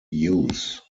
use